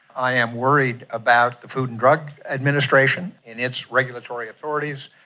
i am worried about the food and drug administration and its regulatory authorities.